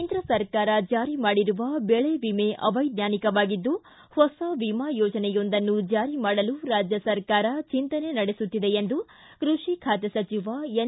ಕೇಂದ್ರ ಸರಕಾರ ಜಾರಿ ಮಾಡಿರುವ ಬೆಳೆ ವಿಮೆ ಅವೈಜ್ಞಾನಿಕವಾಗಿದ್ದು ಹೊಸ ವಿಮಾ ಯೋಜನೆಯೊಂದನ್ನು ಜಾರಿ ಮಾಡಲು ರಾಜ್ಯ ಸರಕಾರ ಚಿಂತನೆ ನಡೆಸುತ್ತಿದೆ ಎಂದು ಕೃಷಿ ಖಾತೆ ಸಚಿವ ಎನ್